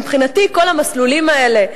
מבחינתי כל המסלולים האלה,